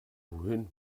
wohin